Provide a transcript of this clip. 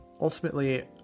ultimately